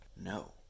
no